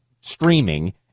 streaming